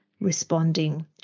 responding